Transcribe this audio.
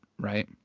right